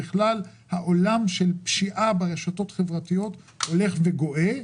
העולם של פשיעה ברשתות החברתיות רק הולך וגואה,